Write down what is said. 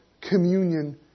communion